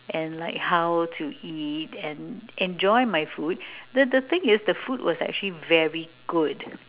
and like how to eat and enjoy my food the the thing is the food was actually very good